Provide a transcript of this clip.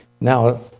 Now